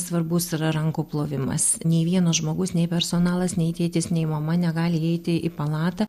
svarbus yra rankų plovimas nei vienas žmogus nei personalas nei tėtis nei mama negali įeiti į palatą